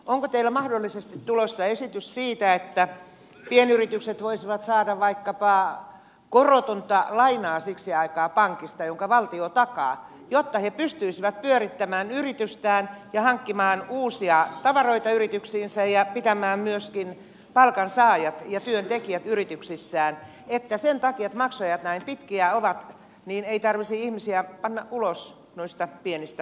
onko teillä mahdollisesti tulossa esitys siitä että pienyritykset voisivat vaikkapa saada vaikka pää on koroton laina siksi aikaa pankista korotonta lainaa jonka valtio takaa jotta he pystyisivät pyörittämään yritystään ja hankkimaan uusia tavaroita yrityksiinsä ja pitämään myöskin palkansaajat ja työntekijät yrityksissään niin että sen takia että maksuajat näin pitkiä ovat ei tarvitsisi ihmisiä panna ulos noista pienistä pajoista